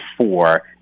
four